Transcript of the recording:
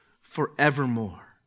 forevermore